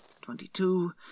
twenty-two